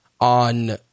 on